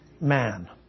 man